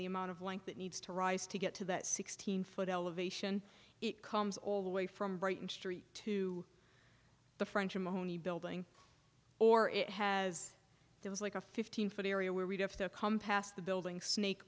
the amount of length it needs to rise to get to that sixteen foot elevation it comes all the way from brighton street to the french omonia building or it has there was like a fifteen foot area where we'd have to come past the building snake